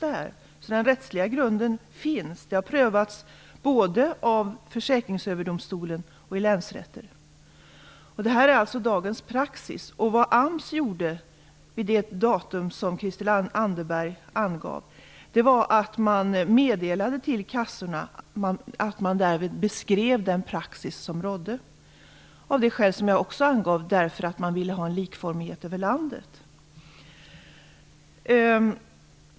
Den rättsliga grunden finns således. Lagen har prövats både av Försäkringsöverdomstolen och av länsrätter. Det här är alltså dagens praxis. Vad AMS gjorde vid det datum som Christel Anderberg angav var att man beskrev den praxis som rådde, av de skäl som jag också angav: Man ville ha en likformighet över landet.